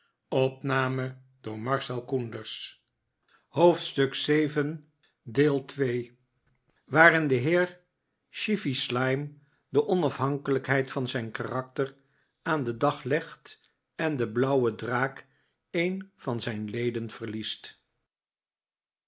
hoofdstuk vii waarin de heer chevy slyme de onafhankelijkheid van zijn karakter aan den dag legt en de blauwe draak een van zijn ieden verliest